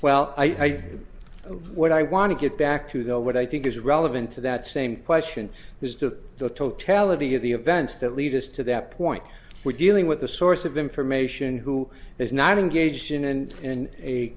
well i think what i want to get back to the what i think is relevant to that same question is the totality of the events that lead us to that point we're dealing with the source of information who is not engaged in and in a